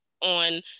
on